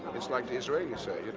it's like the israelis say, you know.